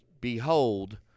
behold